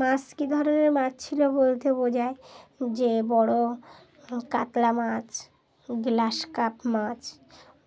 মাছ কী ধরনের মাছ ছিলো বলতে বোঝায় যে বড়ো কাতলা মাছ গ্লাস কাপ মাছ